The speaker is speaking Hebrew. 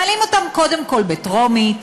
מעלים אותן קודם כול בטרומית,